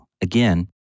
Again